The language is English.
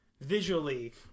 visually